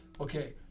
okay